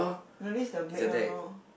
no this is the make one lor